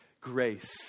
grace